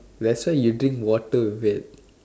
that's why you drink water with it